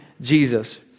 Jesus